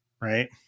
right